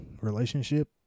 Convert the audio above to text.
relationship